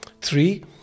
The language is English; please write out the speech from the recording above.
Three